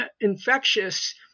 infectious